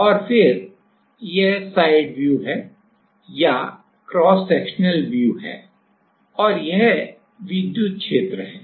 और फिर यह साइड व्यू side view है या cross sectional view cross sectional view है और यह विद्युत क्षेत्र है